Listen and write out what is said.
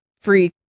free